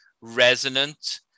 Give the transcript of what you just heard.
resonant